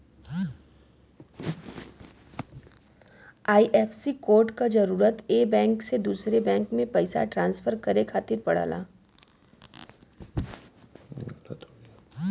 IFSC code क जरूरत एक बैंक से दूसरे बैंक में पइसा ट्रांसफर करे खातिर पड़ला